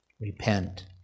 repent